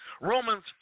Romans